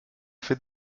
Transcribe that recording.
fait